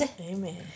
Amen